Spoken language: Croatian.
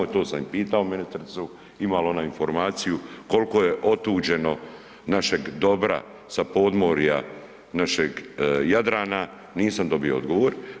I to sam i pitao ministricu ima li ona informaciju, koliko je otuđeno našeg dobra sa podmorja našeg Jadrana, nisam dobio odgovor.